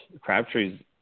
Crabtree's